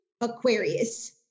Aquarius